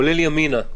כולל ימינה.